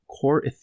core